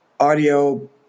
Audio